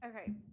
Okay